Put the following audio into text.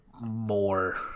more